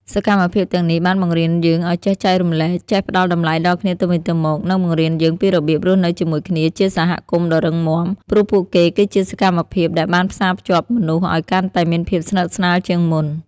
សកម្មភាពទាំងនេះបានបង្រៀនយើងឱ្យចេះចែករំលែក ចេះផ្តល់តម្លៃដល់គ្នាទៅវិញទៅមក និងបង្រៀនយើងពីរបៀបរស់នៅជាមួយគ្នាជាសហគមន៍ដ៏រឹងមាំ ព្រោះពួកគេគឺជាសកម្មភាពដែលបានផ្សារភ្ជាប់មនុស្សឱ្យកាន់តែមានភាពស្និទ្ធស្នាលជាងមុន។